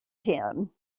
him